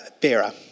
bearer